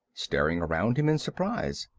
staring around him in surprise.